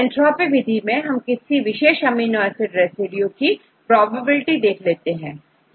entropy विधि में किसी विशेष अमीनो एसिड रेसिड्यू की प्रोबेबिलिटी देख लेते हैं